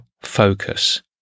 focus